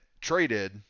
traded